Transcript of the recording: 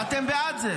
אתם בעד זה.